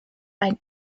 ein